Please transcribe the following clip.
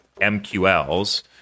mqls